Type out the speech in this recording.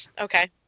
Okay